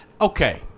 Okay